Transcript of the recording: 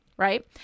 Right